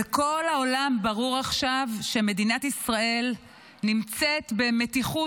בכל העולם ברור עכשיו שמדינת ישראל נמצאת במתיחות